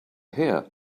here